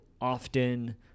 often